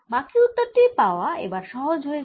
বাকি উত্তর টি পাওয়া এবার সহজ হয়ে যায়